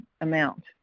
amount